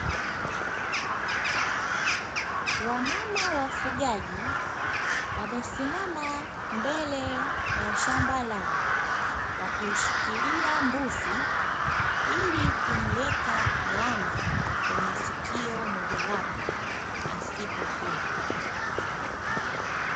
Wamama wafugaji wamesimama mbele ya shamba lao, wakimshikilia mbuzi ili kumuweka alama kwenye sikio moja wapo asipotee.